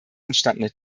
entstandene